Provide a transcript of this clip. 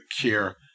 care